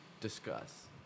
discuss